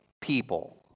people